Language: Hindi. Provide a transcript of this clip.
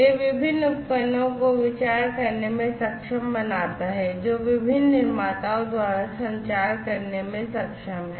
यह विभिन्न उपकरणों को विचार करने में सक्षम बनाता है जो विभिन्न निर्माताओं द्वारा संचार करने में सक्षम हैं